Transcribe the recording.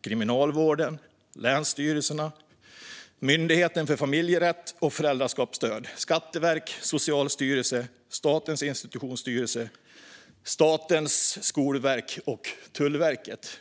Kriminalvården, länsstyrelserna, Myndigheten för familjerätt och föräldraskapsstöd, Skatteverket, Socialstyrelsen, Statens institutionsstyrelse, Statens skolverk och Tullverket.